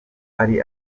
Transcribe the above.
ari